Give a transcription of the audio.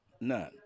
None